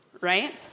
right